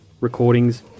recordings